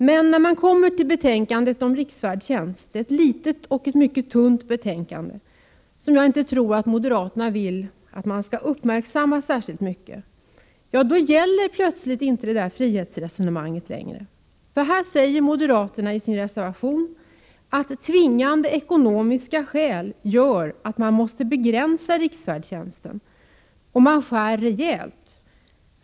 Men när vi kommer till betänkandet om riksfärdtjänsten — ett litet och mycket tunt betänkande, som jag inte tror att moderaterna vill att vi skall uppmärksamma särskilt mycket — då gäller plötsligt inte detta frihetsresonemang längre. I sin reservation säger moderaterna att tvingande ekonomiska skäl gör att riksfärdtjänsten måste begränsas. Man skär också rejält.